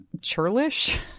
churlish